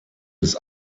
des